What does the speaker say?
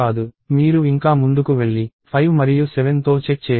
మీరు ఇంకా ముందుకు వెళ్లి 5 మరియు 7తో చెక్ చేయండి